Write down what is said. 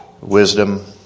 wisdom